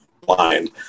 blind